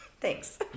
Thanks